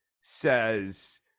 says